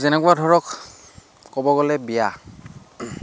যেনেকুৱা ধৰক ক'ব গ'লে বিয়া